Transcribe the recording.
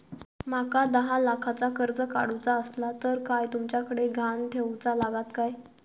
माका दहा लाखाचा कर्ज काढूचा असला तर काय तुमच्याकडे ग्हाण ठेवूचा लागात काय?